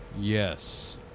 Yes